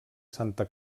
santa